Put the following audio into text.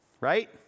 right